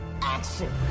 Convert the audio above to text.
Action